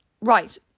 Right